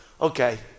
okay